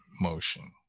motion